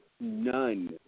none